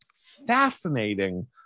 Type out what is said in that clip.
fascinating